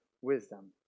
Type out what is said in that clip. wisdom